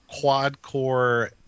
quad-core